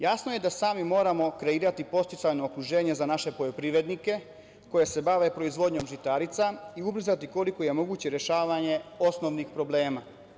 Jasno je da sami moramo kreirati podsticajno okruženje za naše poljoprivrednike koji se bave proizvodnjom žitarica i ubrzati je koliko je moguće rešavanje osnovnih problema.